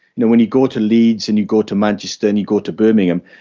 you know when you go to leeds and you go to manchester and you go to birmingham,